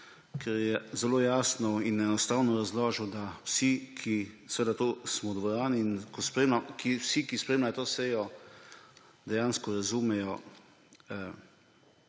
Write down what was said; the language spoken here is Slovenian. ker je zelo jasno in enostavno razložil, da vsi, ki smo v dvorani, in ki vsi, ki spremljajo to sejo, dejansko razumemo,